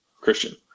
Christian